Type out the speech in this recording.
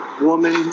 woman